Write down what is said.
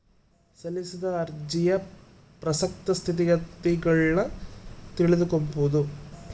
ಸಲ್ಲಿಸಿದ ಅರ್ಜಿಯ ಪ್ರಸಕ್ತ ಸ್ಥಿತಗತಿಗುಳ್ನ ತಿಳಿದುಕೊಂಬದು